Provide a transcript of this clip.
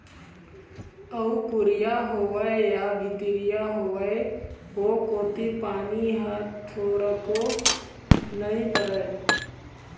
अउ कुरिया होवय या भीतिया होवय ओ कोती पानी ह थोरको नइ परय